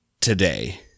today